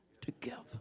together